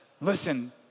Listen